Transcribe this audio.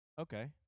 Okay